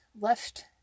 left